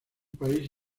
país